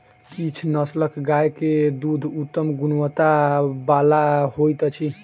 किछ नस्लक गाय के दूध उत्तम गुणवत्ता बला होइत अछि